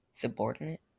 Subordinate